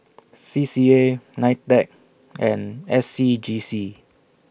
C C A NITEC and S C G C